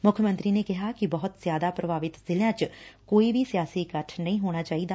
ਮੁੱਖ ਮੰਤਰੀ ਨੇ ਕਿਹਾ ਕਿ ਬਹੁਤ ਜ਼ਿਆਦਾ ਪ੍ਰਭਾਵਿਤ ਜ਼ਿਲ੍ਸਿਆ ਚ ਕੋਈ ਵੀ ਸਿਆਸੀ ਇਕੱਠ ਨਹੀ ਂ ਹੋਣਾ ਚਾਹੀਦਾ